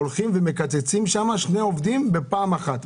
הולכים ומקצצים שני עובדים בפעם אחת.